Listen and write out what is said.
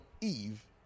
Eve